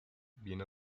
viene